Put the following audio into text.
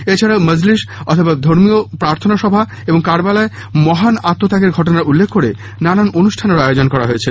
এছাড়াও মজলিস অথবা ধর্মীয় প্রার্থনা সভা এবং কারবালায় মহান আত্মত্যাগের ঘটনার উল্লেখ করে নানান অনুষ্ঠানেরও আয়োজন করা হয়েছে